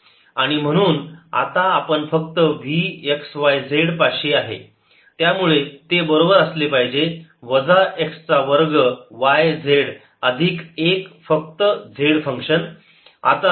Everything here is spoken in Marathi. Vxyz x2yzfyz ∂V∂y x2z ∂f∂y x2z ∂f∂y0f≡f आणि म्हणून आता आपण फक्त V x y z पाशी आहे त्यामुळे ते बरोबर असले पाहिजे वजा x चा वर्ग y z अधिक एक फक्त z फंक्शन